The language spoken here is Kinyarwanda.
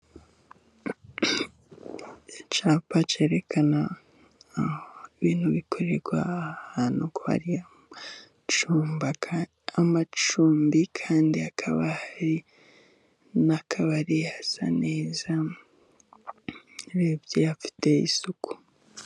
Icyapa cyerekana ibintu bikorerwa aha ahantu ko hari icyumba, amacumbi, kandi hakaba hari n'akabari hasa neza, urebye hafite isuku.